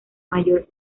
mayor